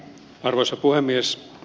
arvoisa puhemies